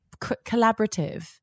collaborative